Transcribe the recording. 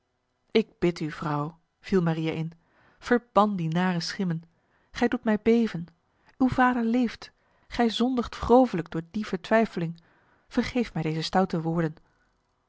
ik bid u vrouw viel maria in verban die nare schimmen gij doet mij beven uw vader leeft gij zondigt grovelijk door die vertwijfeling vergeef mij deze stoute woorden